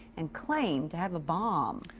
and claimed to have a bomb.